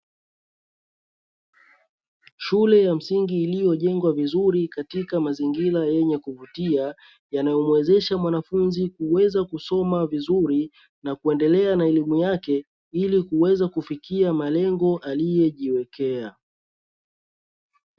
Shule ya msingi iliyojengwa vizuri katika mazingira yanayovutia, yanayomuwezesha mwanafunzi kuweza kusoma vizuri na kuendelea na elimu yake, ili kuweza kufikia malengo aliyojiwekea.